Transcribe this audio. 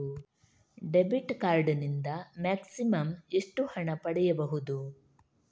Debit card ನಿಂದ maximum ಎಷ್ಟು ಹಣ ಪಡೆಯಬಹುದು?